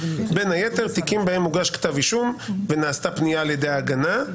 בין היתר תיקים בהם הוגש כתב אישום ונעשתה פנייה על ידי ההגנה,